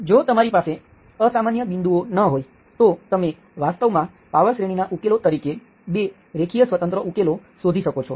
જો તમારી પાસે અસામાન્ય બિંદુઓ ન હોય તો તમે વાસ્તવમાં પાવર શ્રેણીના ઉકેલો તરીકે 2 રેખીય સ્વતંત્ર ઉકેલો શોધી શકો છો